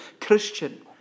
Christian